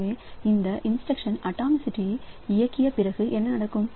எனவே இந்த instruction atomicity இயக்கிய பிறகு என்ன நடக்கும்